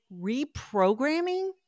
reprogramming